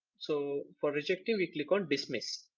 so for rejecting we click on dismiss.